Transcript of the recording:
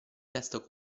testo